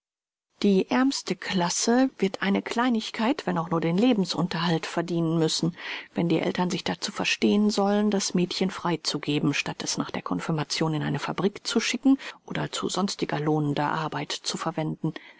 die ärmste klasse wird eine kleinigkeit wenn auch nur den lebensunterhalt verdienen müssen wenn die eltern sich dazu verstehen sollen das mädchen frei zu geben statt es nach der confirmation in eine fabrik zu schicken oder zu sonstiger lohnender arbeit zu verwenden